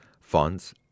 funds